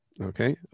Okay